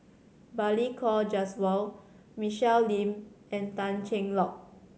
Balli Kaur Jaswal Michelle Lim and Tan Cheng Lock